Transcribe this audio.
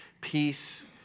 peace